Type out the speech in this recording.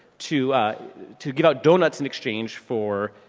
to to give out donuts in exchange for